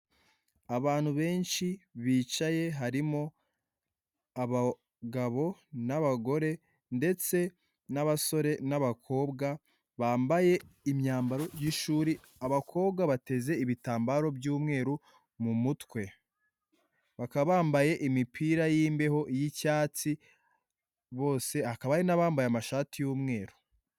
Abantu benshi bicaye harimo abagabo n'abagore ndetse n'abasore n'abakobwa bambaye imyambaro y'ishuri, abakobwa bateze ibitambaro by'umweru mu mutwe. Bakaba bambaye imipira y'imbeho yicyatsi bose, akaba hari n'abambaye amashati y'umweru.